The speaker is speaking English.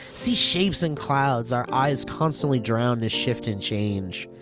see shapes in clouds, our eyes constantly drawn to shift and change.